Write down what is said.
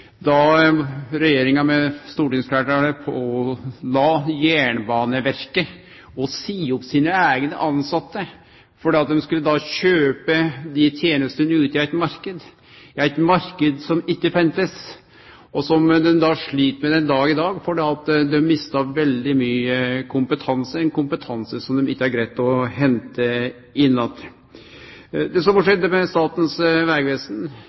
da regjeringa, med stortingsfleirtalet, påla Jernbaneverket å seie opp sine eigne tilsette fordi dei skulle kjøpe tenestene ute i marknaden, ein marknad som ikkje fanst. Dette slit ein med den dag i dag, for dei mista veldig mykje kompetanse, ein kompetanse som dei ikkje har greidd å hente inn att. Det same skjedde med Statens vegvesen.